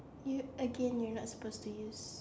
you again you're not supposed to use